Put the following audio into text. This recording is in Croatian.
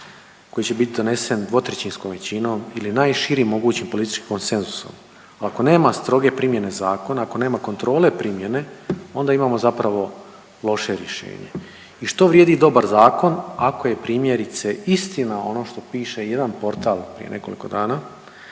koji će bit donesen dvotrećinskom većinom ili najširim mogućim političkim konsenzusom. Ako nema stroge primjene zakona, ako nema kontrole primjene onda imamo zapravo loše rješenje. I što vrijedi dobar zakon ako je primjerice istina ono što piše jedan portal prije nekoliko dana